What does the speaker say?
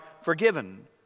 forgiven